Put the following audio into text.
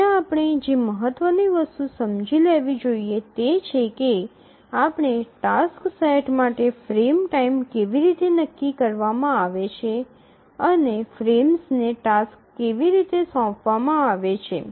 હવે આપણે જે મહત્વની વસ્તુ સમજી લેવી જોઈએ તે તે છે કે આપેલ ટાસ્ક સેટ માટે ફ્રેમ ટાઇમ કેવી રીતે નક્કી કરવામાં આવે છે અને ફ્રેમ્સને ટાસક્સ કેવી રીતે સોંપવામાં આવે છે